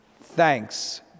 Thanks